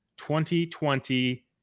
2020